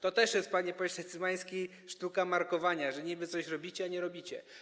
To też jest, panie pośle Cymański, sztuka markowania, że niby coś robicie, a nie robicie.